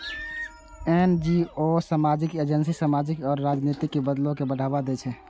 NGO आ सामाजिक agency सामाजिक या राजनीतिक बदलाव कें बढ़ावा दै छै